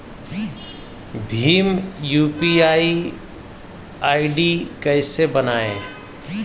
Bhim UPI ID कैसे बनाएं?